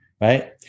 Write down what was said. Right